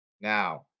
now